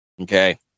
Okay